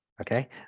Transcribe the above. okay